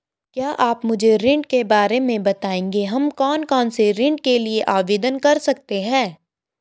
क्या आप मुझे ऋण के बारे में बताएँगे हम कौन कौनसे ऋण के लिए आवेदन कर सकते हैं?